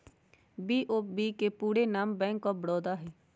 BOB के पूरे नाम बैंक ऑफ बड़ौदा हइ